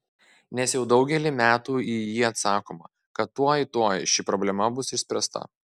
nes jau daugelį metų į jį atsakoma kad tuoj tuoj ši problema bus išspręsta